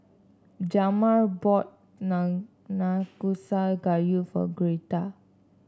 Jamar bought Nanakusa Gayu for Gretta